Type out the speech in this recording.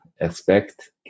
expect